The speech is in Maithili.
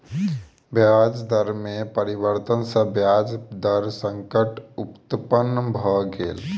ब्याज दर में परिवर्तन सॅ ब्याज दर संकट उत्पन्न भ गेल